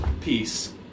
Peace